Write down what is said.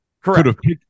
Correct